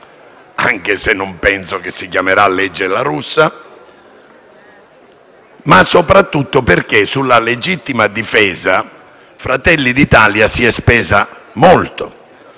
(anche se non penso che si parlerà di "legge La Russa"), ma soprattutto perché sulla legittima difesa Fratelli d'Italia si è spesa molto.